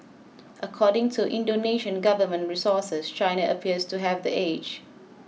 according to Indonesian government resources China appears to have the edge